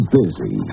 busy